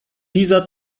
dieser